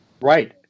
Right